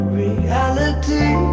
reality